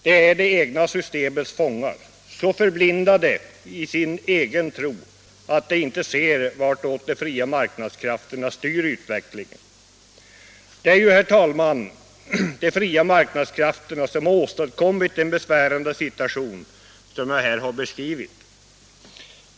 De är det egna systemets fångar, så förblindade i sin egen tro att de inte ser vartåt de fria marknadskrafterna styr utvecklingen. Det är ju, herr talman, de fria marknadskrafterna som har åstadkommit den besvärande situation som jag har beskrivit.